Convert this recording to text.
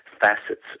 facets